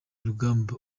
rugamba